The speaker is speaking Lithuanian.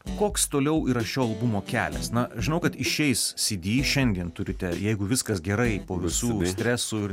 koks toliau yra šio albumo kelias na žinau kad išeis cd šiandien turite jeigu viskas gerai po visų stresų ir